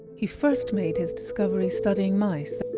he first made his discovery studying mice,